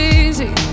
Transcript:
easy